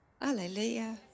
Hallelujah